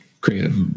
creative